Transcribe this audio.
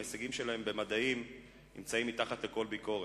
ההישגים שלהם במדעים מתחת לכל ביקורת,